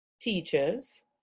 teachers